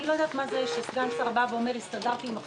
אני לא יודעת מה זה שסגן שר אומר: הסתדרתי עם הפלאט.